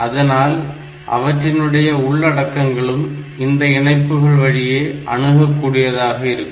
அதனால் அவற்றினுடைய உள்ளடக்கங்களும் இந்த இணைப்புகள் வழியே அணுகக்கூடியதாக இருக்கும்